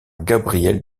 gabrielle